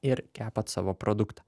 ir kepat savo produktą